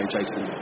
Jason